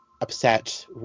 upset